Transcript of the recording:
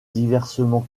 diversement